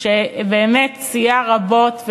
שבאמת סייע רבות,